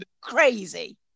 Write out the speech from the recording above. crazy